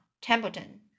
Templeton